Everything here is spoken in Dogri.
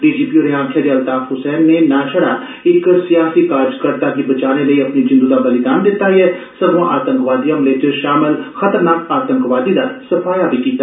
डीजीपी होरें आक्खेआ जे अल्ताफ हुसैन नै ना छड़ा इक सियासी कार्जकर्ता गी बचाने लेई अपनी जिंदू दा बलिदान दित्ता संगुआ आतंकवादी हमर्ले च शामल खतरनाक आतंकवादी दा सफाया बी कीता